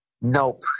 Nope